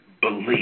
believe